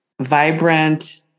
Vibrant